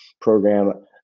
program